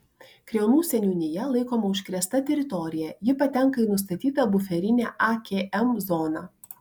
kriaunų seniūnija laikoma užkrėsta teritorija ji patenka į nustatytą buferinę akm zoną